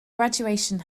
graduation